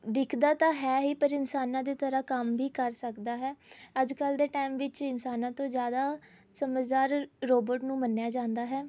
ਦਿਖਦਾ ਤਾਂ ਹੈ ਹੀ ਪਰ ਇਨਸਾਨਾਂ ਦੀ ਤਰ੍ਹਾਂ ਕੰਮ ਵੀ ਕਰ ਸਕਦਾ ਹੈ ਅੱਜ ਕੱਲ੍ਹ ਦੇ ਟਾਈਮ ਵਿੱਚ ਇਨਸਾਨਾਂ ਤੋਂ ਜ਼ਿਆਦਾ ਸਮਝਦਾਰ ਰੋਬੋਟ ਨੂੰ ਮੰਨਿਆ ਜਾਂਦਾ ਹੈ